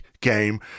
game